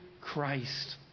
christ